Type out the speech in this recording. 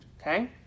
Okay